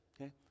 okay